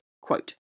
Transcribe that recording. quote